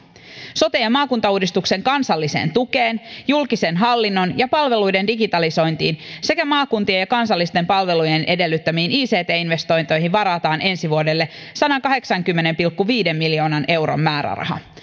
sote ja maakuntauudistuksen kansalliseen tukeen julkisen hallinnon ja palveluiden digitalisointiin sekä maakuntien ja kansallisten palvelujen edellyttämiin ict investointeihin varataan ensi vuodelle sadankahdeksankymmenen pilkku viiden miljoonan euron määräraha